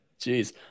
Jeez